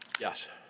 Yes